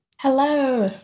Hello